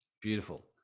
Beautiful